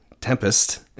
Tempest